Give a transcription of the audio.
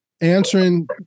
answering